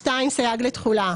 סייג לתחולה